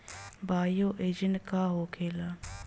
Bio agent का होखेला?